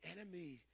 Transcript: enemy